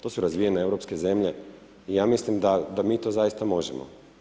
To su razvijene europske zemlje i ja mislim da mi to zaista možemo.